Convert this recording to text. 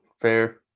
Fair